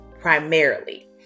primarily